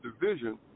division